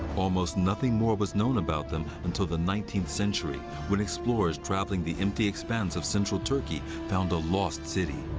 almost nothing more was known about them until the nineteenth century when explorers traveling the empty expanse of central turkey found a lost city.